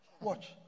Watch